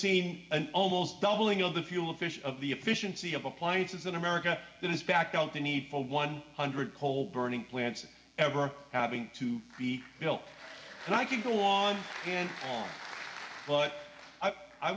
seen an almost doubling of the fuel efficient of the efficiency of appliances in america that has backed out the need for one hundred coal burning plants ever having to be built and i could go on but i